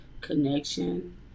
connection